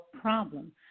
problem